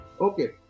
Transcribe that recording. okay